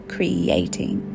Creating